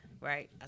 Right